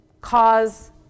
cause